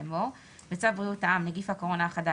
אני מצווה לאמור: בצו ביראות העם (נגיף הקורונה החדש)